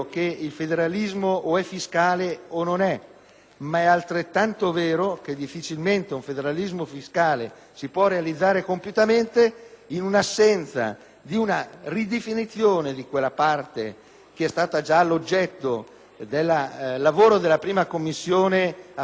ma è altrettanto vero che difficilmente un federalismo fiscale si può realizzare compiutamente in assenza di una ridefinizione di quella materia che è stata già oggetto del lavoro della Commissione affari costituzionali della Camera,